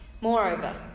Moreover